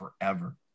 forever